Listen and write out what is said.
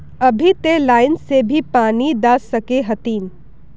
अभी ते लाइन से भी पानी दा सके हथीन?